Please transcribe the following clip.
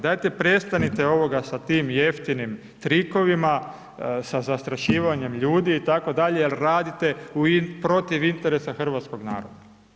Dajte prestanite ovoga sa tim jeftinim trikovima, sa zastrašivanjem ljudi, itd. jer radite protiv interesa hrvatskog naroda.